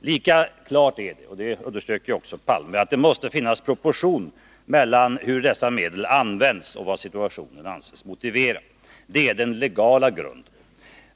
Det är lika klart — det underströk också Olof Palme — att det måste finnas proportion mellan hur dessa medel används och vad situationen anses motivera. Det är den legala grunden.